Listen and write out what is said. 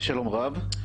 שלום רב.